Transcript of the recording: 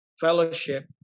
fellowship